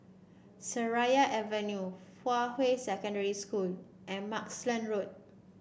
Seraya Avenue Fuhua Secondary School and Mugliston Road